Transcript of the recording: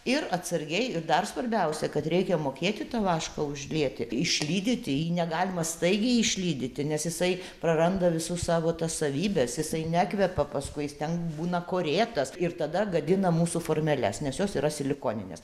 ir atsargiai ir dar svarbiausia kad reikia mokėti tą vašką uždėti išlydyti jį negalima staigiai išlydyti nes jisai praranda visus savo tas savybes jisai nekvepia paskui jis ten būna korėtas ir tada gadina mūsų formeles nes jos yra silikoninės